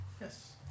Yes